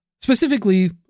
Specifically